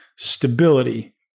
Stability